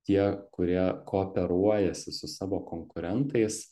tie kurie kooperuojasi su savo konkurentais